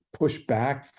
pushback